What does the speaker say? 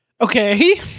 Okay